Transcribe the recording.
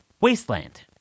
wasteland